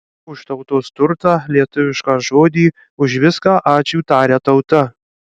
už tautos turtą lietuvišką žodį už viską ačiū taria tauta